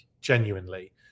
genuinely